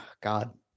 God